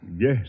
Yes